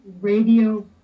radio